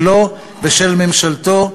שלו ושל ממשלתו.